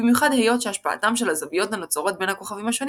במיוחד היות שהשפעתם של הזוויות הנוצרות בין הכוכבים השונים